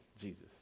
Jesus